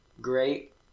great